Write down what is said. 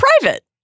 private